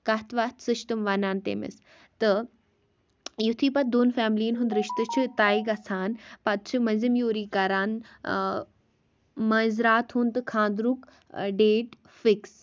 کَتھ وَتھ سُہ چھِ تِم وَنان تٔمِس تہٕ یُتھُے پَتہٕ دۄن فیملیَن ہُنٛد رِشتہٕ چھِ تاے گژھان پَتہٕ چھِ مٔنٛزِم یورُے کَران مٔنٛزۍ راتھ ہُنٛد تہٕ خانٛدرُک ڈیٹ فِکٕس